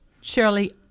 Shirley